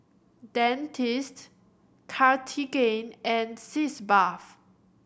Dentiste Cartigain and Sitz Bath